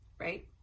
right